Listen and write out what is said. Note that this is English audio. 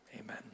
amen